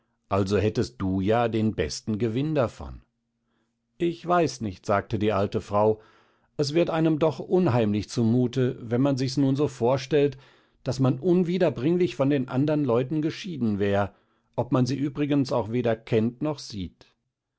also hättest du ja den besten gewinn davon ich weiß nicht sagte die alte frau es wird einem doch unheimlich zumute wenn man sich's nun so vorstellt daß man unwiederbringlich von den andern leuten geschieden wär ob man sie übrigens auch weder kennt noch sieht